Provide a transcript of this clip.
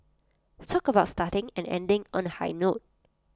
talk about starting and ending on A high note